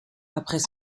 après